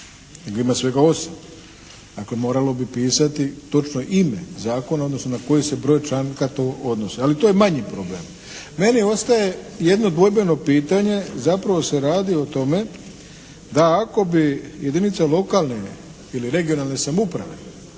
ima svega 8. Dakle moralo bi pisati točno ime zakona, odnosno na koji se broj članka to odnosi, ali to je manji problem. Meni ostaje jedno dvojbeno pitanje, zapravo se radi o tome da ako bi jedinica lokalne ili regionalne samouprave